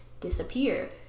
disappear